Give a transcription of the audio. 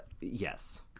yes